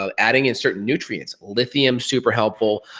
ah adding in certain nutrients. lithium, super helpful,